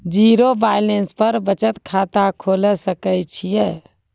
Zero balance पर बचत खाता खोले सकय छियै?